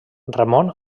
ramon